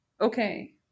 okay